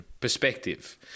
perspective